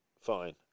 fine